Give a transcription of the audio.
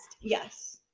Yes